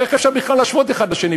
איך אפשר בכלל להשוות אחד לשני?